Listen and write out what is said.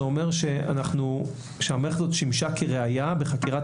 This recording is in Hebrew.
זה אומר שהמערכת הזאת שימשה כראיה בחקירת